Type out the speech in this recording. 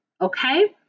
Okay